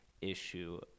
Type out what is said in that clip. issue